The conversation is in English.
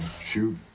shoot